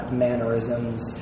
mannerisms